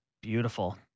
Beautiful